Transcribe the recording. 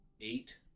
Eight